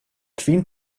kvin